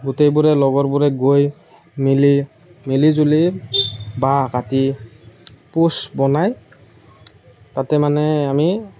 গোটেইবোৰে লগৰবোৰে গৈ মেলি মিলি জুলি বাঁহ কাটি প'ষ্ট বনাই তাতে মানে আমি